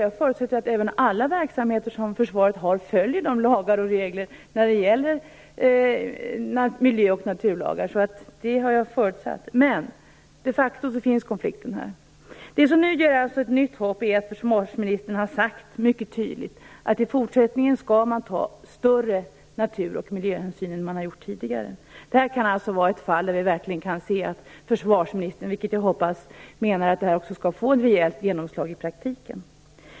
Jag förutsätter att även annan verksamhet som Försvaret bedriver följer de lagar och regler som finns när det gäller natur och miljö. Men faktum är att konflikten finns. Det som nu inger nytt hopp är att försvarsministern mycket tydligt har sagt att det i fortsättningen skall tas större natur och miljöhänsyn än tidigare. I det här fallet kan det alltså vara så att försvarsministern menar - vilket jag hoppas - att intentionerna också skall få ett rejält genomslag i praktiken.